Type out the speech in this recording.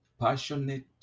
passionate